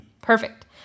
Perfect